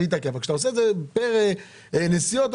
כשאתה עושה את זה פר נסיעות,